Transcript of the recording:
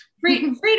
Freedom